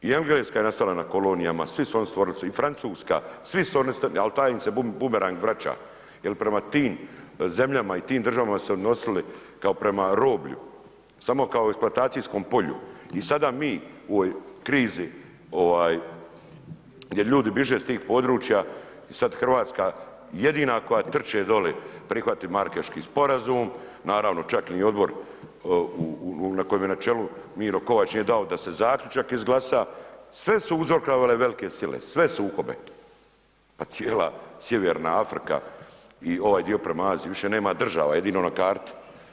I Engleska je nastala na kolonijama, svi su oni stvorili se i Francuska, svi su oni, al taj im se bumerang vraća jer prema tim zemljama i tim državama su se odnosili kao prema roblju, samo kao eksploatacijskom polju i sada mi u ovoj krizi ovaj gdje ljudi biže s tih područja i sad Hrvatska jedina koja trče doli prihvati Marakeški sporazum, naravno čak ni odbor u, na kojem je na čelu Miro Kovač nije dao da se zaključak izglasa, sve su uzrokovale velke sile, sve sukobe, pa cijela Sjeverna Afrika i ovaj dio prema Aziji više nema država jedino na karti.